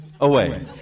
away